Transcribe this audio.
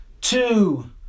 two